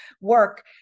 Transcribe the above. work